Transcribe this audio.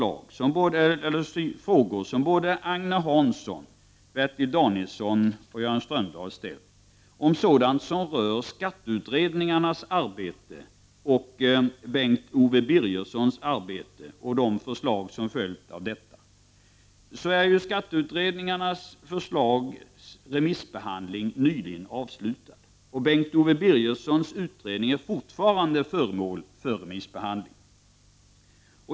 Agne Hansson, Bertil Danielsson och Jan Strömdahl har frågat om sådant hör till skatteutredningarnas arbete och Bengt Owe Birgerssons arbete och de förslag som följer av detta, När det gäller skatteutredningarnas förslag är remissbehandlingen nyligen avslutad. Bengt Owe Birgerssons utredning är fortfarande föremål för remissbehandling.